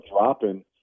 dropping